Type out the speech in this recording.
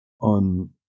on